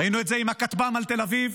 ראינו את זה עם הכטב"ם על תל אביב,